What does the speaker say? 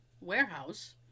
warehouse